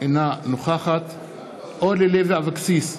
אינה נוכחת אורלי לוי אבקסיס,